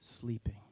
sleeping